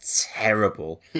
terrible